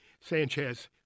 Sanchez